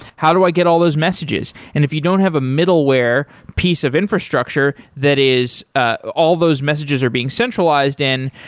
how do i get all those messages? if you don't have a middleware piece of infrastructure that is ah all those messages are being centralized in,